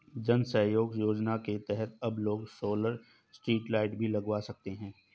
जन सहयोग योजना के तहत अब लोग सोलर स्ट्रीट लाइट भी लगवा सकते हैं